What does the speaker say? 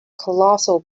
colossal